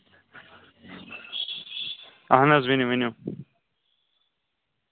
اَہَن حظ ؤنِو ؤنِو